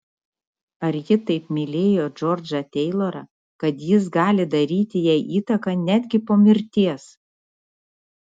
ar ji taip mylėjo džordžą teilorą kad jis gali daryti jai įtaką netgi po mirties